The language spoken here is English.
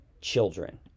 Children